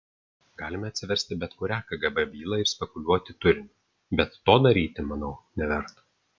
galime atsiversti bet kurią kgb bylą ir spekuliuoti turiniu bet to daryti manau neverta